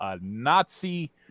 Nazi